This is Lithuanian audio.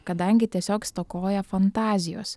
kadangi tiesiog stokoja fantazijos